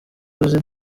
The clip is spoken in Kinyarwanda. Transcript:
uzi